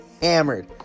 hammered